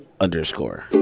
underscore